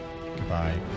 goodbye